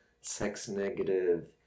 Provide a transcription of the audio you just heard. sex-negative